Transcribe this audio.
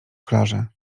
klarze